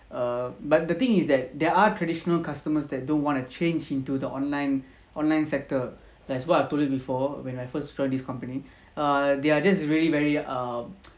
err but the thing is that there are traditional customers that don't want to change into the online online sector like as what I've told you before when I first join this company err they are just really very err